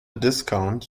discount